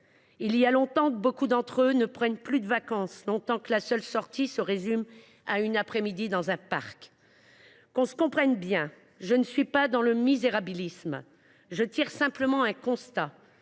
Il y a longtemps que beaucoup d’entre eux ne prennent plus de vacances et que la seule sortie se résume à un après midi dans un parc. Que l’on se comprenne bien, je ne verse pas dans le misérabilisme. Je dresse simplement un constat.